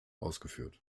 ausgeführt